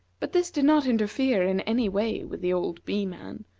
but this did not interfere in any way with the old bee-man,